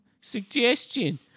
Suggestion